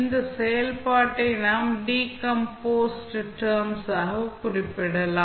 இந்த செயல்பாட்டை நாம் டீகம்போஸ்ட் டெர்ம்ஸ் ஆக குறிப்பிடலாம்